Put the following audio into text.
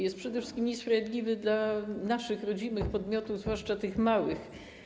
Jest przede wszystkim niesprawiedliwy dla naszych rodzimych podmiotów, zwłaszcza tych małych.